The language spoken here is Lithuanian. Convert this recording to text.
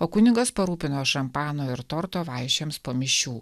o kunigas parūpino šampano ir torto vaišėms po mišių